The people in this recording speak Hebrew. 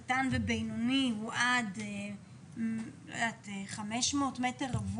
קטן ובינוני הוא עד 500 מ"ר,